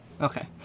Okay